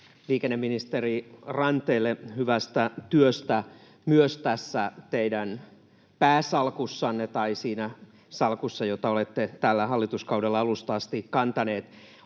liikenneministeri Ranteelle hyvästä työstä myös tässä teidän pääsalkussanne, siinä salkussa, jota olette tällä hallituskaudella alusta asti kantanut.